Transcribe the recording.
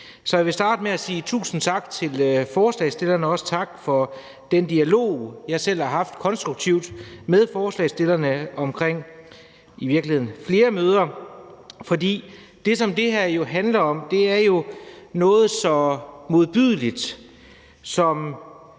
Så jeg vil starte med at sige tusind tak til forslagsstillerne og også tak for den dialog, jeg selv har haft konstruktivt med forslagsstillerne i i virkeligheden flere møder. Det, som det her jo handler om, er noget så modbydeligt som